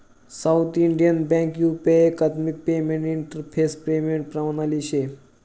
south Indian Bank UP एकात्मिक payment interface payment प्रणाली शे